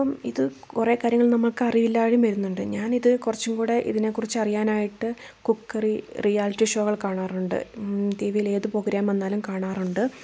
അപ്പൊൾ ഇത് കുറെ കാര്യങ്ങൾ നമുക്ക് അറിവില്ലായ്മയും വരുന്നുണ്ട് ഞാൻ ഇത് കുറച്ചും കൂടെ ഇതിനെ കുറിച്ച് അറിയാനായിട്ട് കുക്കറി റിയാലിറ്റി ഷോകൾ കാണാറുണ്ട് ടീവിയിൽ ഏത് പ്രോഗ്രാം വന്നാലും കാണാറുണ്ട്